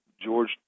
George